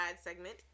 segment